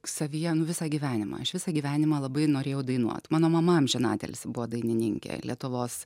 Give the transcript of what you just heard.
savyje nu visą gyvenimą aš visą gyvenimą labai norėjau dainuot mano mama amžinatilsį buvo dainininkė lietuvos